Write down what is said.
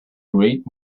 read